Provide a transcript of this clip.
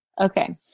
Okay